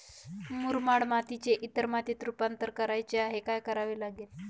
मुरमाड मातीचे इतर मातीत रुपांतर करायचे आहे, काय करावे लागेल?